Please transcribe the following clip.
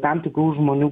tam tikrų žmonių